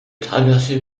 traversé